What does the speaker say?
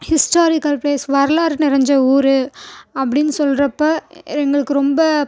historical place வரலாறு நிறஞ்ச ஊரு அப்படினு சொல்கிறப்ப எங்களுக்கு ரொம்ப